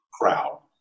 crowd